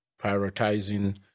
prioritizing